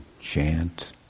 chant